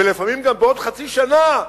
ולפעמים גם בעוד חצי שנה,